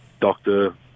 doctor